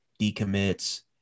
decommits